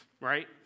right